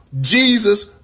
Jesus